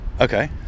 Okay